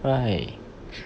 right